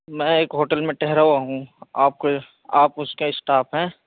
میں ایک ہوٹل میں ٹھہرا ہوا ہوں آپ کوئی آپ اس کے اسٹاف ہیں